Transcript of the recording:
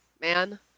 man